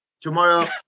Tomorrow